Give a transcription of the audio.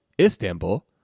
Istanbul